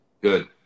good